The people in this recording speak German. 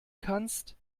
kannst